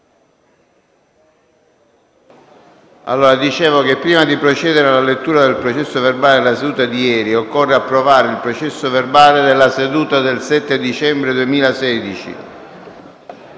Pertanto, prima di procedere alla lettura del processo verbale della seduta di ieri, occorre approvare il processo verbale della seduta del 7 dicembre.